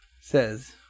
says